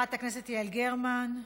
חברת הכנסת יעל גרמן.